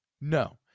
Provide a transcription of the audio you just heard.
No